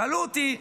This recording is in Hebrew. שאלו אותי: